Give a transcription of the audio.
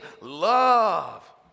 love